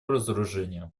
разоружению